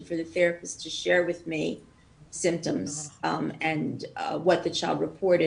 שדרכו יכול המטפל לחלוק איתי סימפטומים ודיווחים של הילד,